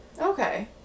Okay